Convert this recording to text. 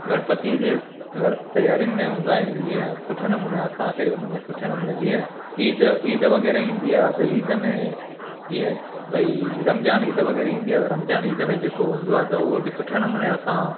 गणपतीअ जे मतलबु तयारुनि में हूंदा आहिनि जीअं सुठे नमूने असांखे हुन में सुठे नमूने जीअं ईद ईद वग़ैरह ईंदी आहे त ईद में ईअं भई रमज़ान ईद वग़ैरह ईंदी आहे त रमज़ान ईद में जेको हूंदो आहे त उहो बि सुठे नमूने असां